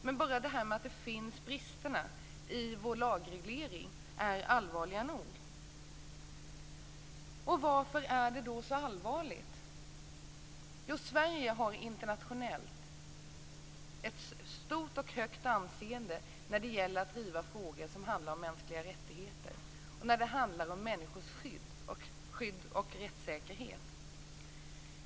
Men bara det att det finns brister i vår lagreglering är allvarligt nog. Varför är det då så allvarligt? Jo, Sverige har internationellt ett stort och högt anseende när det gäller att driva frågor om mänskliga rättigheter och människors skydd och rättssäkerhet.